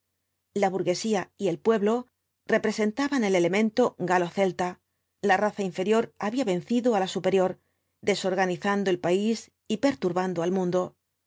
la burguesía y el pueblo representaban el elemento galo celta la raza inferior había vencido á la superior desorganizando al país y perturbando al mundo